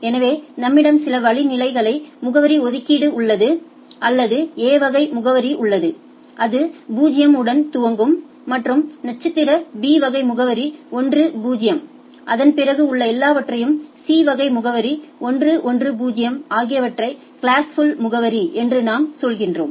எனவே நம்மிடம் சில நிலையான முகவரி ஒதுக்கீடு உள்ளது அல்லது A வகை முகவரி உள்ளது அது 0 உடன் துவங்கும் மற்றும் நட்சத்திர B வகை முகவரி 10 அதன் பிறகு உள்ள எல்லாவற்றையும் C வகை முகவரி 110 ஆகியவற்றை கிளாஸ்ஃபுல் முகவரி என்று நாம் சொல்கிறோம்